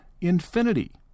Infinity